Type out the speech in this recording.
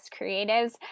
creatives